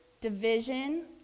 division